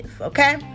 okay